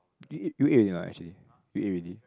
ppo you eat you eat already or not actually you eat already